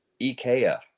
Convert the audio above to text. Ikea